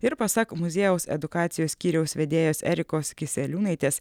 ir pasak muziejaus edukacijos skyriaus vedėjos erikos kiseliūnaitės